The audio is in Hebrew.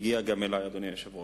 הגיע גם אלי, אדוני היושב-ראש.